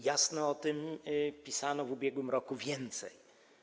Jasno o tym pisano w ubiegłym roku więcej.